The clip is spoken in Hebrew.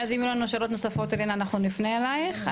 אז אם יהיו לנו שאלות נוספות אלינה אנחנו נפנה אלייך,